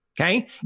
Okay